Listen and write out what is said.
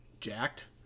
Jacked